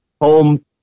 home